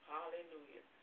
Hallelujah